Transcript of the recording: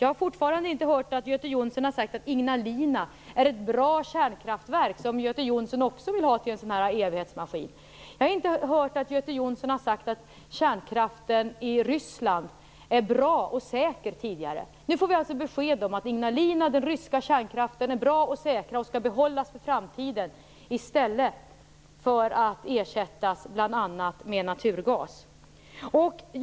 Jag har tidigare inte hört att Göte Jonsson har sagt att Ignalina är ett bra kärnkraftverk, som Göte Jonsson vill ha till en evighetsmaskin. Jag har tidigare inte hört att kärnkraften i Ryssland är bra och säker. Nu får vi alltså besked om att Ignalina och de ryska kärnkraftverken är bra och säkra och skall behållas för framtiden, i stället för att ersättas med bl.a. naturgas.